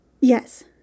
Yes